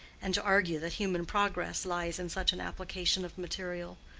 and to argue that human progress lies in such an application of material.